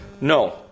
No